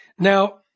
Now